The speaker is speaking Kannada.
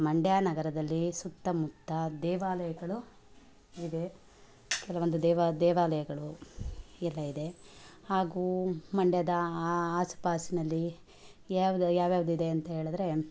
ಮಂಡ್ಯ ನಗರದಲ್ಲಿ ಸುತ್ತಮುತ್ತ ದೇವಾಲಯಗಳು ಇವೆ ಕೆಲವೊಂದು ದೇವಾ ದೇವಾಲಯಗಳು ಎಲ್ಲ ಇದೆ ಹಾಗೂ ಮಂಡ್ಯದ ಆಸುಪಾಸಿನಲ್ಲಿ ಯಾವ್ದು ಯಾವ್ಯಾವುದಿದೆ ಅಂತ ಹೇಳಿದರೆ